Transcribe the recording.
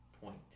point